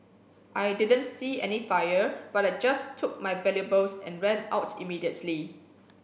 I didn't see any fire but I just took my valuables and ran out immediately